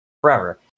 forever